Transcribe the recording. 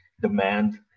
demand